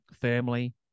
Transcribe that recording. Firmly